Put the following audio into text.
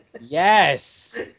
yes